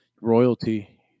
royalty